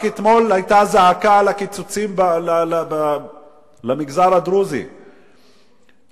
רק אתמול היתה זעקה על הקיצוצים למגזר הדרוזי והצ'רקסי.